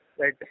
right